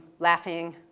laughing.